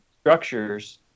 structures